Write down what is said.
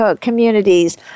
communities